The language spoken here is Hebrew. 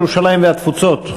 ירושלים והתפוצות,